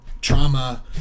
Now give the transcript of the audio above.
trauma